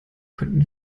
könnten